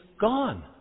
gone